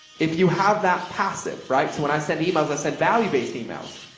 if you have that passive. right? so when i send emails, i send value based emails.